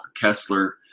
Kessler